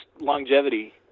longevity